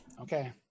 okay